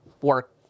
work